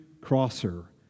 crosser